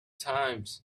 times